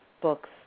books